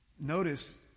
Notice